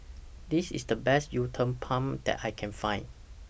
This IS The Best Uthapam that I Can Find